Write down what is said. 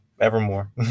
Evermore